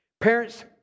Parents